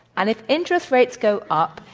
and if interest rates go up,